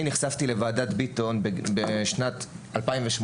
אני נחשפתי לוועדת ביטון, לראשונה, בשנת 2018,